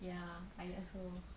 ya I also